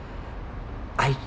I